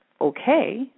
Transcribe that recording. okay